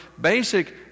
basic